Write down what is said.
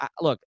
look